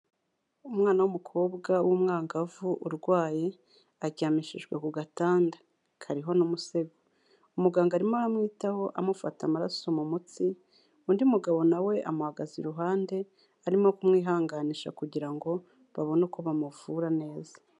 Umwana w'umukobwa w'umwangavu urwaye aryamishijwe ku gatanda kariho n'umusego, umuganga arimo aramwitaho amufata amaraso mu mutsi, undi mugabo nawe amuhagaze iruhande arimo kumwihanganisha kugira ngo babone uko bamuvura neza.